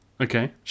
Okay